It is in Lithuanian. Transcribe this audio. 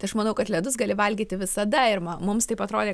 tai aš manau kad ledus gali valgyti visada ir mums taip atrodė